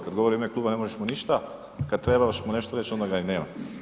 Kad govori u ime kluba ne možeš mu ništa, kad trebaš mu nešto reć onda ga i nema.